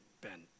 Ben